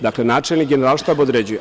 Dakle, načelnik Generalštaba određuje.